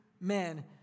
men